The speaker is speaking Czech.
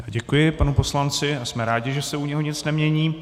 Děkuji panu poslanci a jsme rádi, že se u něho nic nemění.